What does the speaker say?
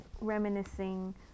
reminiscing